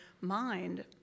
mind